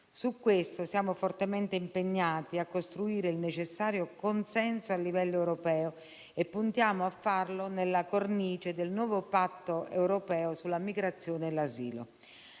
Su questo siamo fortemente impegnati a costruire il necessario consenso a livello europeo e puntiamo a farlo nella cornice del nuovo Patto europeo sull'immigrazione e l'asilo.